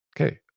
okay